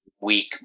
weak